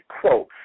Quote